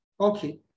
okay